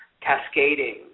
cascading